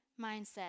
mindset